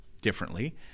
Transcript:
differently